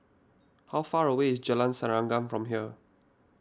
how far away is Jalan Serengam from here